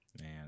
man